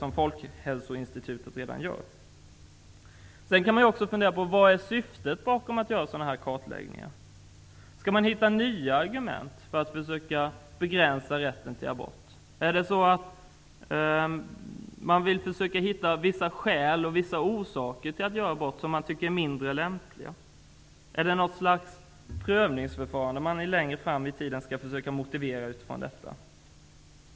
Man kan fundera vad syftet är bakom förslaget att göra en kartläggning. Vill man hitta nya argument för att försöka begränsa rätten till abort? Vill man hitta vissa skäl för att göra abort som man tycker är mindre lämpliga? Är det något slags prövningsförfarande längre fram i tiden som man försöker motivera utifrån detta?